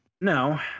No